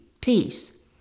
peace